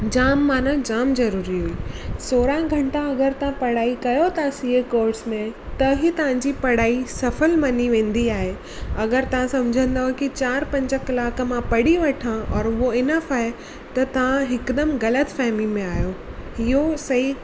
जाम मान जाम जरूरी हुई सोरहां घंटा अगरि तव्हां पढ़ाई कयो था सीए कोर्स में त ई तव्हांजी पढ़ाई सफ़ल मञी वेंदी आहे अगरि तव्हां सम्झंदो की चारि पंज कलाक मां पढ़ी वठां और उहो इनफ आहे त तव्हां हिकदमि ग़लति फहिमी में आहियो इहो सही